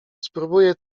spróbuję